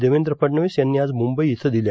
देवेंद्र फडणवीस यांनी आज मुंबई इथं दिल्या